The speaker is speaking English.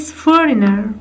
foreigner